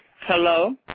Hello